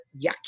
yucky